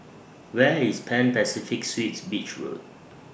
Where IS Pan Pacific Suites Beach Road